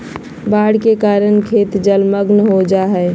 बाढ़ के कारण खेत जलमग्न हो जा हइ